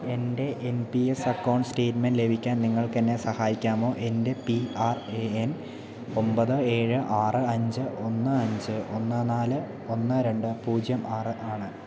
എൻ്റെ N P S account statement ലഭിക്കാൻ നിങ്ങൾക്കെന്നെ സഹായിക്കാമോ എൻ്റെ പി ആർ എ എൻ ഒമ്പത് ഏഴ് ആറ് അഞ്ച് ഒന്ന് അഞ്ച് ഒന്ന് നാല് ഒന്ന് രണ്ട് പൂജ്യം ആറ് ആണ്